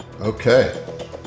Okay